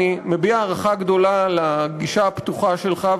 אני מביע הערכה גדולה לגישה הפתוחה שלך,